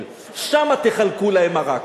שמה תחלקו להם מרק.